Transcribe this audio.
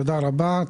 תודה רבה.